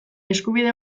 eskubide